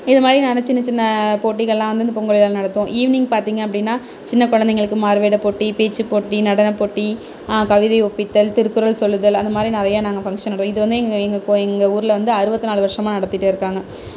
இது மாதிரி நான் சின்ன சின்ன போட்டிகளாம் வந்து இந்த பொங்களில் நடத்துவோம் ஈவ்னிங் பார்த்திங்க அப்படினா சின்ன குழந்தைங்களுக்கு மாறு வேட போட்டி பேச்சு போட்டி நடன போட்டி கவிதை ஒப்பித்தல் திருக்குறள் சொல்லுதல் அந்த மாதிரி நிறையா நாங்கள் ஃபங்ஷன் இது வந்து எங்கள் ஊரில் வந்து அறுபத்தி நாலு வருஷமாக நடத்திட்டிருக்காங்க